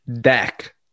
deck